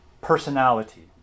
personality